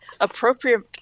appropriate